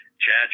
Chad